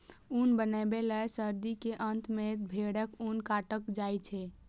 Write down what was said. ऊन बनबै लए सर्दी के अंत मे भेड़क ऊन काटल जाइ छै